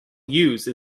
use